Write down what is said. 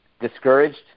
discouraged